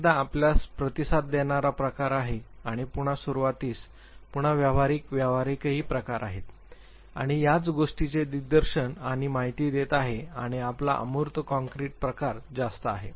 पुन्हा एकदा आपल्यास प्रतिसाद देणारा प्रकार आहे आणि पुन्हा सुरुवातीस पुन्हा व्यावहारिक व्यावहारिक प्रकार आहे आणि त्याच गोष्टीचे दिग्दर्शन आणि माहिती देत आहे आणि आपला अमूर्त कॉंक्रीट प्रकार जास्त आहे